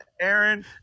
Aaron